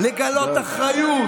לגלות אחריות,